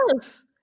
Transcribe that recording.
Yes